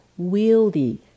wieldy